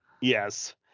Yes